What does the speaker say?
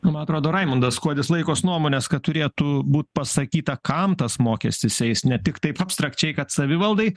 man atrodo raimundas kuodis laikos nuomonės kad turėtų būt pasakyta kam tas mokestis eis ne tik taip abstrakčiai kad savivaldai